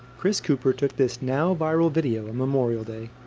chris cooper took this now viral video on memorial day.